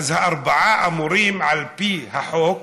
אז הארבעה אמורים, על פי החוק,